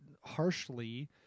harshly